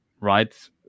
right